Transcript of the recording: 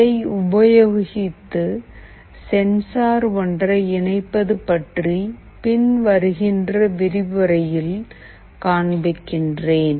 இதை உபயோகித்து சென்சார் ஒன்றை இணைப்பது பற்றி பின்வருகின்ற விரிவுரையில் காண்பிக்கிறேன்